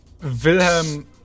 Wilhelm